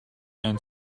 and